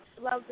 love